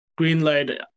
Greenlight